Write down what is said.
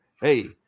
hey